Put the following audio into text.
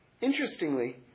interestingly